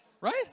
Right